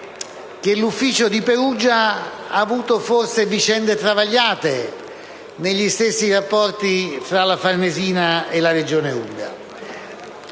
che l'ufficio di Perugia ha avuto forse vicende travagliate negli stessi rapporti tra la Farnesina e la Regione Umbria.